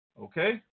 Okay